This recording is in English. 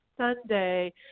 Sunday